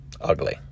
ugly